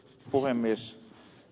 puhemies